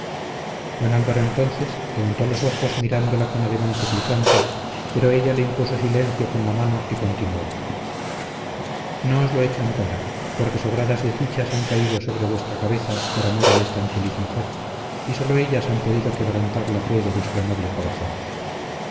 don álvaro entonces levantó los ojos mirándola con ademán suplicante pero ella le impuso silencio con la mano y continuó no os lo echo en cara porque sobradas desdichas han caído sobre vuestra cabeza por amor de esta infeliz mujer y sólo ellas han podido quebrantar la fe de vuestro noble corazón